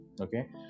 okay